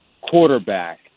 quarterback